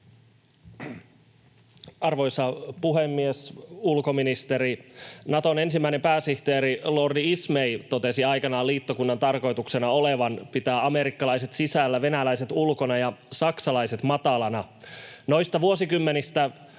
Arvoisa puhemies! Ulkoministeri! Naton ensimmäinen pääsihteeri lordi Ismay totesi aikanaan liittokunnan tarkoituksena olevan pitää amerikkalaiset sisällä, venäläiset ulkona ja saksalaiset matalana. Noista vuosikymmenistä